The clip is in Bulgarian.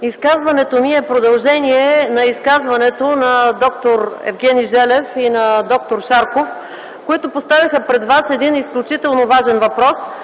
Изказването ми е продължение на изказването на д-р Евгений Желев и на д-р Шарков, които поставиха пред нас един изключително важен въпрос,